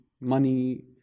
money